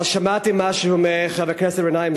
אבל שמעתי מה שאומר חבר הכנסת גנאים,